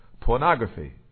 pornography